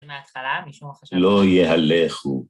‫מההתחלה, מישהו חשב... ‫-לא יהלכו.